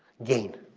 gain